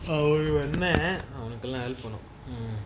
அவனுக்கு இப்ப என்ன அவனுகெல்லா:avanuku ippa enna avanukellaa help பண்ணணு:pannanu mm